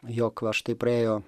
jog va štai praėjo